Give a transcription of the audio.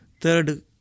third